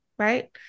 right